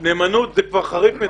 נאמנות זה כבר חריג מדי.